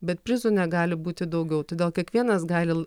bet prizų negali būti daugiau todėl kiekvienas gali